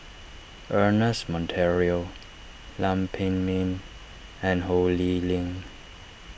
Ernest Monteiro Lam Pin Min and Ho Lee Ling